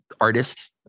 artist